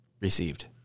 received